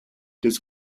des